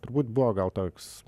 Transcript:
turbūt buvo gal toks